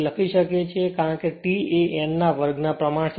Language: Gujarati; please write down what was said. કારણ કે તે T એ n ના વર્ગ ના પ્રમાણસર છે